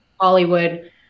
Hollywood